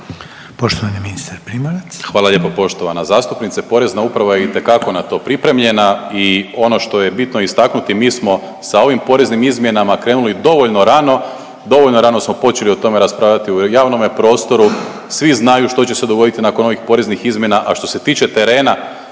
Poštovani ministar Primorac.